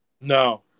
No